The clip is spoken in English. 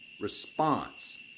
response